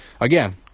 again